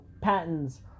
patents